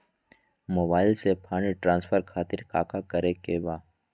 Mobile से fund transfer खातिर काका करे के बा?